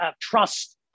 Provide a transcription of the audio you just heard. trust